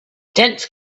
dense